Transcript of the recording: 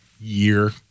year